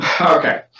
Okay